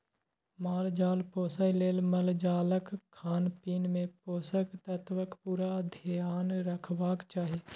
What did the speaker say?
माल जाल पोसय लेल मालजालक खानपीन मे पोषक तत्वक पुरा धेआन रखबाक चाही